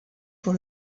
pour